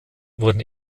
wurden